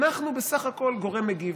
אנחנו בסך הכול גורם מגיב.